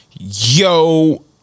Yo